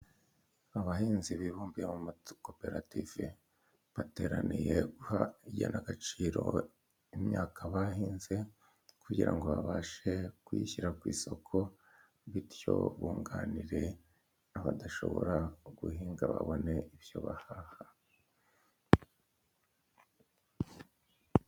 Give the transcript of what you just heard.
Abahinzi bibumbiye mu makoperative bateraniye guha igenagaciro imyaka bahinze, kugira ngo babashe kuyishyira ku isoko, bityo bunganire abadashobora guhinga babone ibyo bahaha.